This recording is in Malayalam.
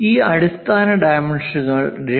ഈ അടിസ്ഥാന ഡൈമെൻഷൻസ്കൾ 2